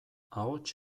ahots